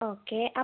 okay